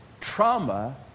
trauma